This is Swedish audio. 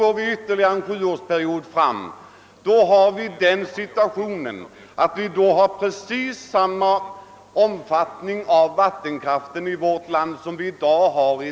Om vi går fram ännu en sjuårsperiod, befinner vi oss i den situationen att vi har nästan samma mängd energi genom vattenkraft som vi nu har genom värmekraft i vårt land.